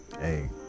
Hey